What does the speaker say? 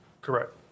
correct